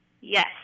Yes